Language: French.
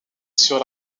sur